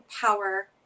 power